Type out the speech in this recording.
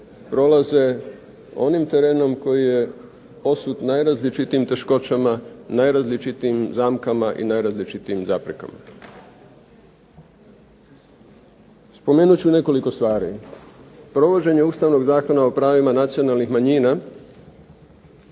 prolaze onim terenom koji je posut najrazličitijim teškoćama, najrazličitijim zamkama i najrazličitijim zaprekama. Spomenut ću samo nekoliko stvari. Provođenje Ustavnog zakona o pravima nacionalnih manjina